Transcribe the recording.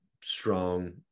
strong